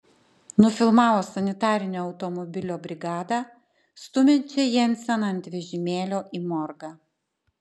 nufilmavo sanitarinio automobilio brigadą stumiančią jenseną ant vežimėlio į morgą